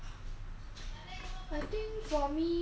if err if you you if you going to